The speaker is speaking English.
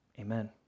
Amen